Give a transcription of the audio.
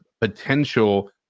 potential